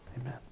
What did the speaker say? Amen